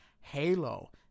halo